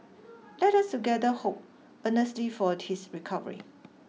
let us together hope earnestly for his recovery